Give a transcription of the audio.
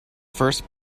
first